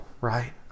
right